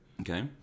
okay